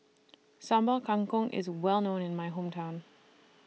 Sambal Kangkong IS Well known in My Hometown